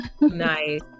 Nice